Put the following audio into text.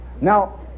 Now